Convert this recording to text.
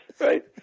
Right